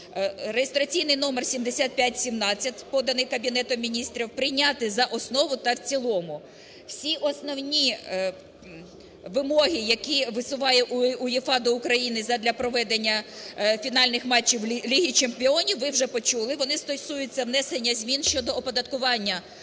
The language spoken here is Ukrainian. реєстраційний номер 7517, поданий Кабінетом Міністрів, прийняти за основу та в цілому. Всі основні вимоги, які висуває УЄФА до України задля проведення фінальних матчів Ліги чемпіонів, ви вже почули. Вони стосуються внесення змін щодо оподаткування,